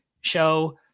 show